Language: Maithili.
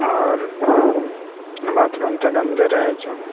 आओर बाथरूम तऽ गन्दे रहै छौ